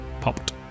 Popped